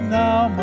now